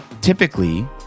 typically